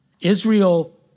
Israel